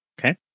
okay